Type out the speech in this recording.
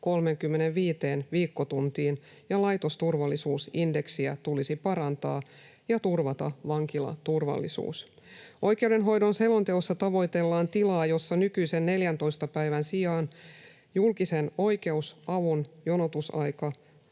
35 viikkotuntiin ja laitosturvallisuusindeksiä tulisi parantaa ja turvata vankilaturvallisuus. Oikeudenhoidon selonteossa tavoitellaan tilaa, jossa nykyisen 14 päivän sijaan julkisen oikeusavun jonotusaika